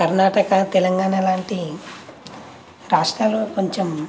కర్ణాటక తెలంగాణ లాంటి రాష్ట్రాలలో కొంచెం